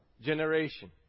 generation